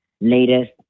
latest